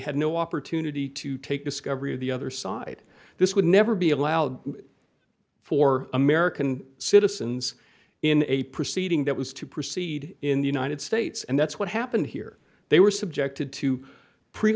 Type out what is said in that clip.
had no opportunity to take discovery of the other side this would never be allowed for american citizens in a proceeding that was to proceed in the united states and that's what happened here they were subjected to pre